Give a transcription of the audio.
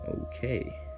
Okay